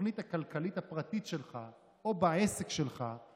בתוכנית הכלכלית הפרטית שלך או בעסק שלך,